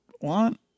want